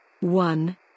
one